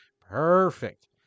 perfect